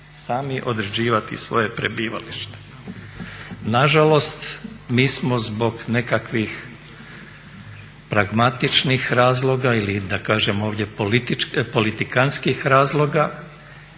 sami određivati svoje prebivalište. Nažalost, mi smo zbog nekakvih pragmatičnih razloga ili da kažem ovdje politikantskih razloga